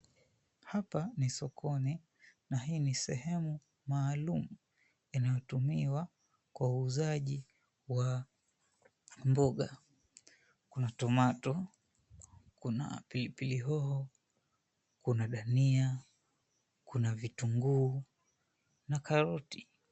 Hapa ni sokoni, na hii ni sehemu maalumu inayotumiwa kwa uuzaji wa mboga. Kuna tomato , kuna pilipili hoho, kuna dania, kuna vitunguu, na karoti.